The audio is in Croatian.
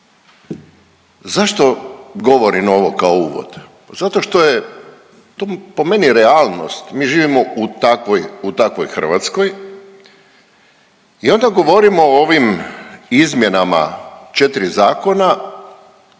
Zašto govorim ovo kao uvod? Zato što je po meni realnost, mi živimo u takvoj Hrvatskoj i onda govorimo o ovim izmjenama četri zakona,